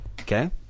okay